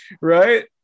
right